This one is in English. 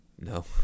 No